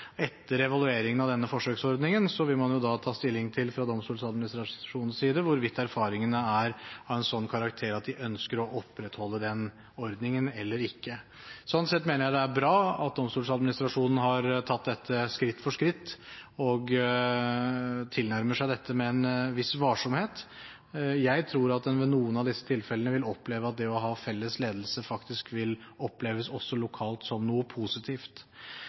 evalueringen av denne forsøksordningen vil man fra Domstoladministrasjonens side ta stilling til hvorvidt erfaringene er av en sånn karakter at de ønsker å opprettholde den ordningen eller ikke. Sånn sett mener jeg det er bra at Domstoladministrasjonen har tatt dette skritt for skritt og tilnærmer seg dette med en viss varsomhet. Jeg tror at en ved noen av disse tilfellene vil oppleve at det å ha felles ledelse faktisk vil oppleves også lokalt som noe positivt.